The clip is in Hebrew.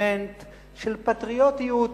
סנטימנט של פטריוטיות